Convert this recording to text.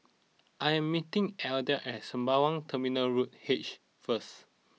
I am meeting Edla at Sembawang Terminal Road H first